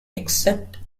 except